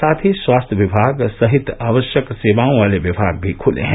साथ ही स्वास्थ्य विभाग सहित आवश्यक सेवाओं वाले विभाग भी खुले हैं